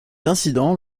incident